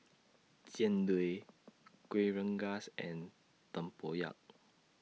Jian Dui Kuih Rengas and Tempoyak